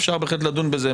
אפשר בהחלט לדון בזה,